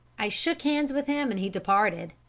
i shook hands with him and he departed.